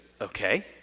okay